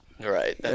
Right